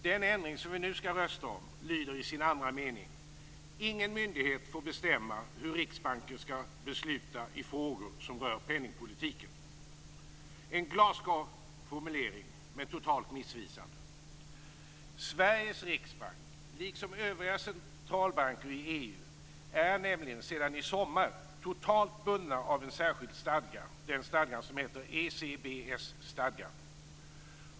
Den ändring som vi nu skall rösta om lyder i sin andra mening: "Ingen myndighet får bestämma hur Riksbanken skall besluta i frågor som rör penningpolitiken." Det är en glasklar formulering men totalt missvisande. EU är nämligen sedan i somras totalt bundna av en särskild stadga, nämligen ECBS-stadgan.